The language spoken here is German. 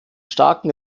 starken